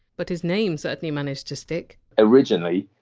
but his name certainly managed to stick originally,